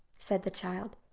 said the child,